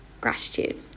gratitude